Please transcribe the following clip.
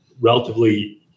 relatively